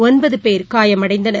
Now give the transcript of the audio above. ஒன்பது பேர் காயமடைந்தனர்